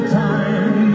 time